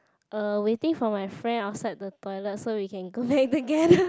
uh waiting for my friend outside the toilet so we can go back together